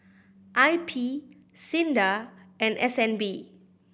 I P SINDA and S N B